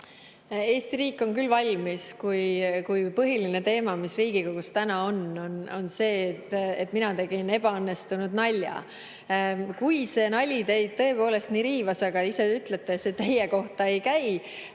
Eesti riik on küll valmis, kui põhiline teema, mis Riigikogus täna on, on see, et mina tegin ebaõnnestunud nalja. Kui see nali teid nii riivas – kuigi ise te ütlete, et see teie kohta ei käi